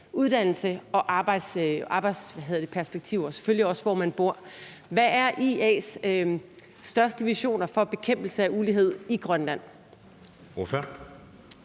uddannelse og arbejdsperspektiver, og selvfølgelig også af, hvor man bor. Hvad er IA's største visioner for bekæmpelse af ulighed i Grønland?